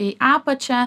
į apačią